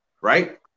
right